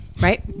right